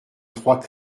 trois